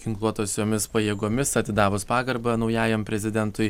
ginkluotosiomis pajėgomis atidavus pagarbą naujajam prezidentui